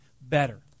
better